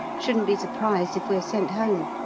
shouldn't be surprised if we are sent home.